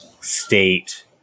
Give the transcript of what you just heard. state